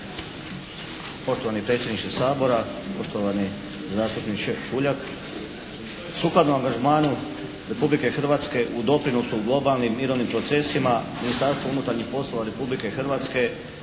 Poštovani predsjedniče Sabora, poštovani zastupniče Čuljak. Sukladno angažmanu Republike Hrvatske u doprinosu u globalnim mirovnim procesima Ministarstvo unutarnjih poslova Republike Hrvatske